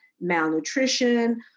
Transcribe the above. malnutrition